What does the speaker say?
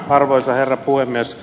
arvoisa herra puhemies